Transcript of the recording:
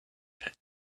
pit